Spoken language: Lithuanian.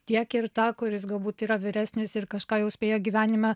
tiek ir tą kuris galbūt yra vyresnis ir kažką jau spėjo gyvenime